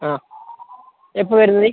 ആ എപ്പോൾ വരുന്നു നീ